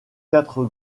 quatre